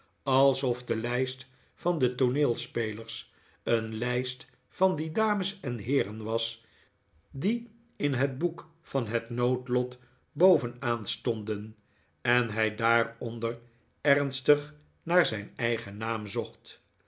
alsof de lijst van de tooneelspelers een lijst van die dames en heeren was die in het boek van het noodlot bovenaan stonden en hij daaronder ernstig naar zijn eigen naam zocht